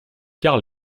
car